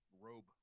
robe